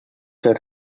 her